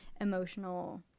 emotional